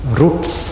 roots